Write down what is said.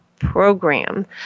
program